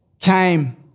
came